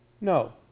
No